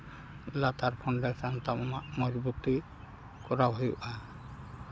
ᱞᱟᱛᱟᱨ ᱛᱟᱢ ᱢᱟ ᱢᱚᱡᱽᱵᱩᱛᱤ ᱠᱚᱨᱟᱣ ᱦᱩᱭᱩᱜᱼᱟ